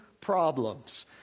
problems